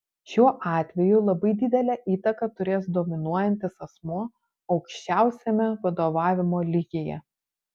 šiuo atveju labai didelę įtaką turės dominuojantis asmuo aukščiausiame vadovavimo lygyje